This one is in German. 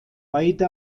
beide